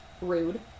rude